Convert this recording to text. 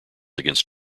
against